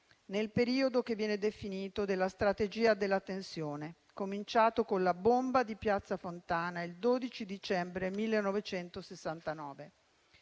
nel periodo che viene definito della strategia della tensione, cominciato con la bomba di Piazza Fontana il 12 dicembre 1969.